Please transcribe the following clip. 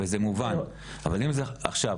עכשיו,